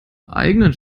eigenen